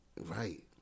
right